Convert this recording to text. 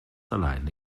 alleine